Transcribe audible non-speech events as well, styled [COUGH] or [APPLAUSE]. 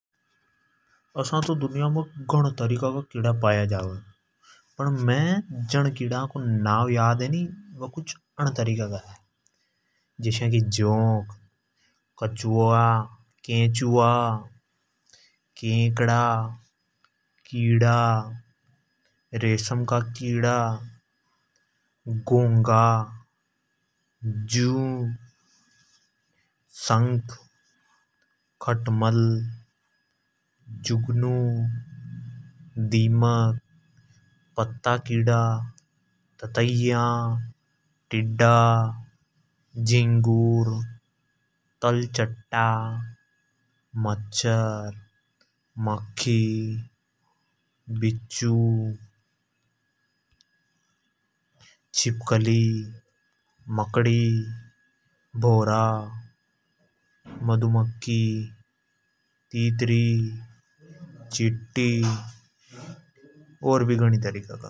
असा तो दुनिया मे घण तरीका का कीड़ा पाया जावे। फण मैं जण कीड़ा को नाव याद है नी वे कुछ अण तरीका का है। जस्या की जोंक [UNINTELLIGIBLE] केकडा, कीड़ा रेसम का कीड़ा, घोंघा, जू, शंख, [NOISE] खटमल। जुगनू, दीमक, पत्ता कीड़ा, ततैया। झींगुर, तलचट्टा, मच्छर, मक्की, बिच्छु। चिपकली, मकड़ी, भवरा। मधुमक्खी, [NOISE] तितरी। और भी घणी तरीका का।